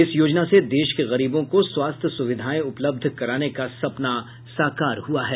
इस योजना से देश के गरीबों को स्वास्थ्य सुविधाएं उपलब्ध कराने का सपना साकार हुआ है